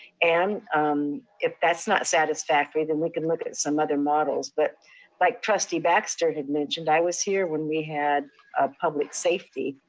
and if that's not satisfactory, then we can look at some other models. but like trustee baxter had mentioned, i was here when we had ah public safety,